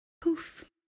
poof